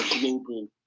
global